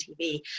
TV